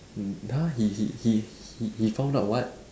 !huh! he he he he he found out what